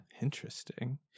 Interesting